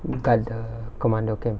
guard the commando camp